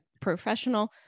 professional